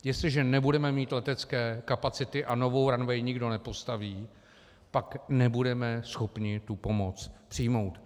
Jestliže nebudeme mít letecké kapacity a novou ranvej nikdo nepostaví, pak nebudeme schopni pomoc přijmout.